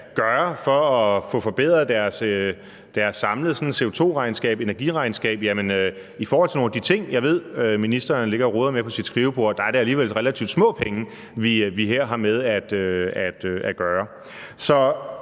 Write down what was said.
gøre for at få forbedret deres samlede CO2-regnskab og energiregnskab, jo bedre? Og i forhold til nogle af de ting, som jeg ved at ministeren ligger og roder med på sit skrivebord, er det alligevel relativt små penge, vi her har med at gøre. Så